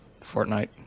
Fortnite